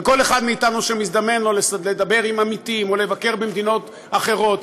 וכל אחד מאתנו שמזדמן לו לדבר עם עמיתים או לבקר במדינות אחרות,